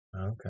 Okay